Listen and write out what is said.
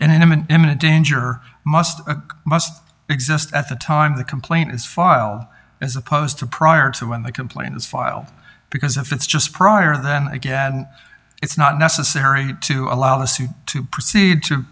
an imminent danger must must exist at the time the complaint is filed as opposed to prior to when the complaint is filed because if it's just prior then again it's not necessary to allow the suit to proceed to